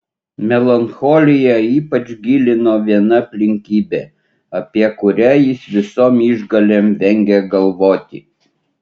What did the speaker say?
melancholiją ypač gilino viena aplinkybė apie kurią jis visom išgalėm vengė galvoti